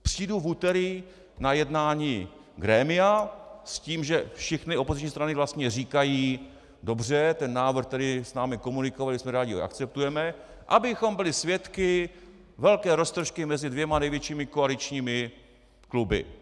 Přijdu v úterý na jednání grémia s tím, že všechny opoziční strany vlastně říkají: dobře, ten návrh tedy s námi komunikovali, jsme rádi, že ho akceptujeme, abychom byli svědky velké roztržky mezi dvěma největšími koaličními kluby.